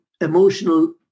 emotional